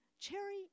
Cherry